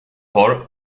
paul